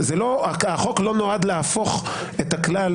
החוק לא נועד להפוך את הכלל,